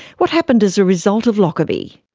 what happened as a result of lockerbie?